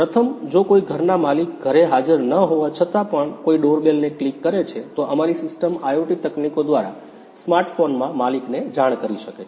પ્રથમ જો કોઈ ઘરના માલિક ઘરે હાજર ન હોવા છતાં પણ કોઈ ડોરબેલને ક્લિક કરે છે તો અમારી સિસ્ટમ IoT તકનીકો દ્વારા સ્માર્ટ ફોનમાં માલિકને જાણ કરી શકે છે